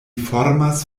formas